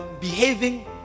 Behaving